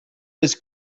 was